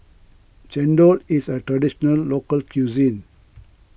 Chendol is a Traditional Local Cuisine